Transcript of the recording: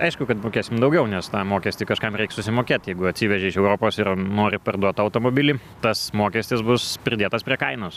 aišku kad mokėsim daugiau nes tą mokestį kažkam reiks susimokėt jeigu atsiveži iš europos ir nori parduot tą automobilį tas mokestis bus pridėtas prie kainos